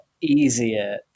easier